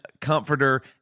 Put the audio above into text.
comforter